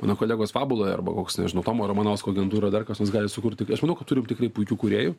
mano kolegos fabula arba koks nežinau tomo ramanausko agentūra dar kas nors gali sukurti aš manau kad turim tikrai puikių kūrėjų